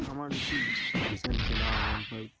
আমার এটি রিসেন্ট কেনা আর ওয়ান ফাইভ